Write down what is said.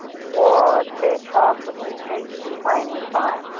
was their childhood history in playing with fire,